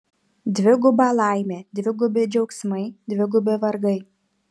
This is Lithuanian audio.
dviguba laimė dvigubi džiaugsmai dvigubi vargai